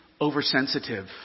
oversensitive